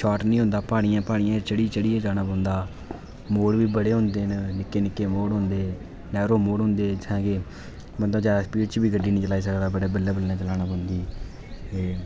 short निं होंदा प्हाड़ियां प्हाड़ियां चढ़ी चढ़ियै जाना पौंदा मोड़ बी बड़े होंदे निक्के निक्के मोड़ होंदे नैरो मोड़ होंदे बंदा जादा स्पीड च बी गड्डी निं चलाई निं सकदा बड़े बल्ले बल्ले चलाना पौंंदी